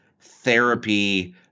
therapy